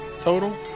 Total